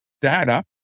data